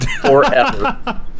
forever